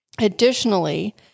Additionally